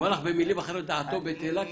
הוא אומר לך במילים אחרות שדעתו בטלה.